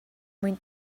mwyn